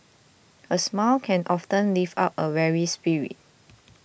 a smile can often lift up a weary spirit